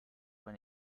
when